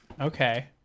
Okay